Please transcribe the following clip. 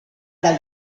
dal